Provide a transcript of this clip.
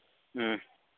ꯎꯝ